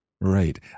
Right